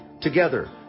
Together